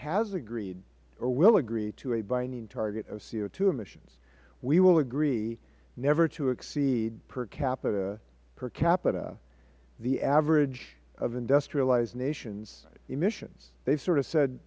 has agreed or will agree to a binding target of co emissions we will agree never to exceed per capita per capita the average of industrialized nations emissions they have sort of said